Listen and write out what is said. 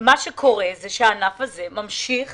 אבל הענף הזה ממשיך